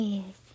Yes